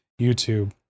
YouTube